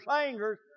singers